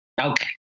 Okay